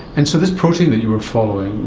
and so this protein that you were following,